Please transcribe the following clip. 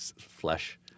flesh